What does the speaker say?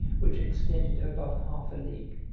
which extended above half a league,